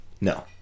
No